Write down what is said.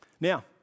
Now